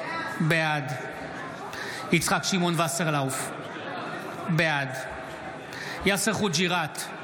בעד יצחק שמעון וסרלאוף, בעד יאסר חוג'יראת,